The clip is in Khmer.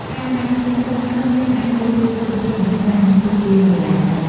កាលណាខ្ទិះពុះហើយ យើងអាចលើកវាចុះពីចង្រ្កាន និងទុកវាមួយឡែកសិន។